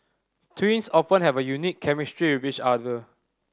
twins often have a unique chemistry with each other